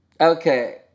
Okay